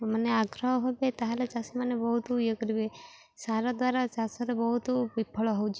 ମାନେ ଆଗ୍ରହ ହେବେ ତାହେଲେ ଚାଷୀମାନେ ବହୁତ ଇଏ କରିବେ ସାର ଦ୍ୱାରା ଚାଷରେ ବହୁତ ବିଫଳ ହେଉଛି